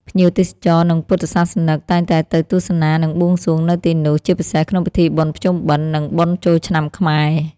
ភ្ញៀវទេសចរនិងពុទ្ធសាសនិកតែងតែទៅទស្សនានិងបួងសួងនៅទីនោះ ជាពិសេសក្នុងពិធីបុណ្យភ្ជុំបិណ្ឌនិងបុណ្យចូលឆ្នាំខ្មែរ។